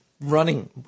running